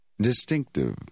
Distinctive